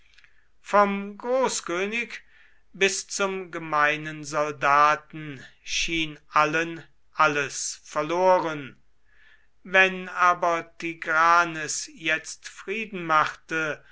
vom großkönig bis zum gemeinen soldaten schien allen alles verloren wenn aber tigranes jetzt frieden machte